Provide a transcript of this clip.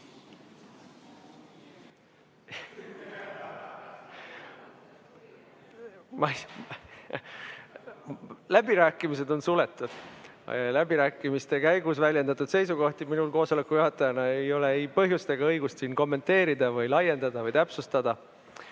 Läbirääkimised on suletud. Läbirääkimiste käigus väljendatud seisukohti minul koosoleku juhatajana ei ole ei põhjust ega õigust siin kommenteerida või laiendada või täpsustada.